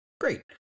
Great